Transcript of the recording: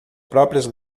próprias